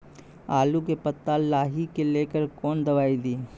आलू के पत्ता लाही के लेकर कौन दवाई दी?